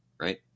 right